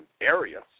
areas